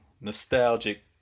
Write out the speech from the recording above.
nostalgic